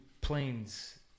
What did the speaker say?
planes